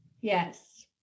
Yes